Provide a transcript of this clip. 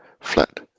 flat